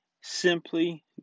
simply